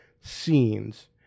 scenes